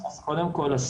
אז קודם כל,